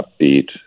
upbeat